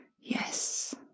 Yes